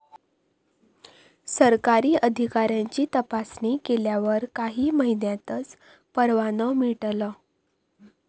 सरकारी अधिकाऱ्यांची तपासणी केल्यावर काही महिन्यांतच परवानो मिळतलो